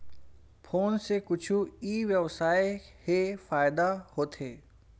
Phone से कुछु ई व्यवसाय हे फ़ायदा होथे?